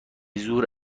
زور